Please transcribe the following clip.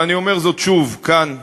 ואני אומר זאת שוב כאן,